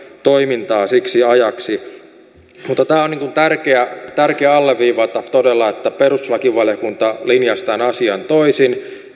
toimintaa siksi ajaksi tämä on tärkeä tärkeä alleviivata todella että perustuslakivaliokunta linjasi tämän asian toisin